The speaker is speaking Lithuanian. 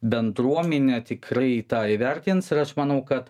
bendruomenė tikrai tą įvertins ar aš manau kad